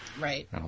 Right